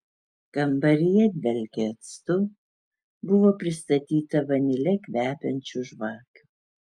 kambaryje dvelkė actu buvo pristatyta vanile kvepiančių žvakių